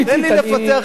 תן לי לפתח טיעון,